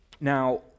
Now